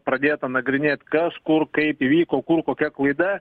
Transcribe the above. pradėta nagrinėt kas kur kaip įvyko kur kokia klaida